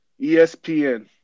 ESPN